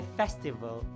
festival